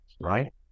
right